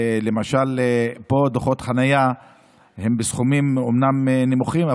למשל פה דוחות חניה הם אומנם בסכומים נמוכים,